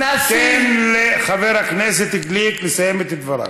תן לחבר הכנסת גליק לסיים את דבריו.